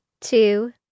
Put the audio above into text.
two